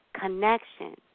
connection